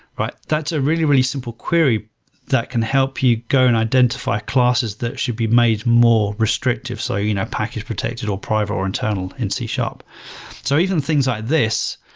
but that's a really really simple query that can help you go and identify classes that should be made more restrictive, so you know package protected, or private or internal in c. so even things like this,